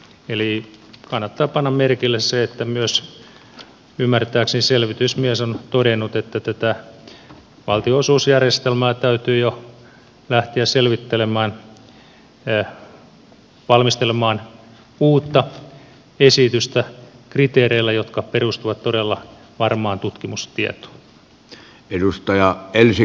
eli kannattaa panna merkille että myös ymmärtääkseni selvitysmies on todennut että tätä valtionosuusjärjestelmää täytyy jo lähteä selvittelemään valmistelemaan uutta esitystä kriteereillä jotka perustuvat todella varmaan tutkimustietoon